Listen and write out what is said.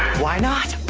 why not?